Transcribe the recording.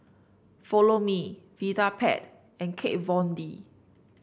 Follow Me Vitapet and Kat Von D